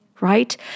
right